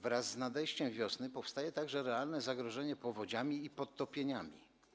Wraz z nadejściem wiosny powstaje także realne zagrożenie powodziami i podtopieniami.